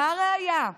וה-ראיה,